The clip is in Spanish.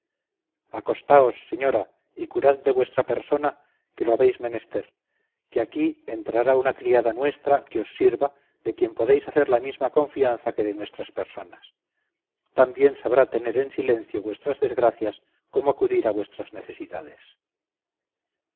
acostaos señora y curad de vuestra persona que lo habéis menester que aquí entrará una criada nuestra que os sirva de quien podéis hacer la misma confianza que de nuestras personas tan bien sabrá tener en silencio vuestras desgracias como acudir a vuestras necesidades